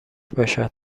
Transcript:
باشد